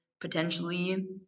potentially